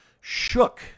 shook